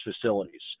facilities